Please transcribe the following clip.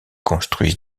construisent